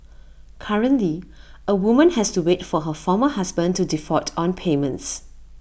currently A woman has to wait for her former husband to default on payments